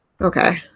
Okay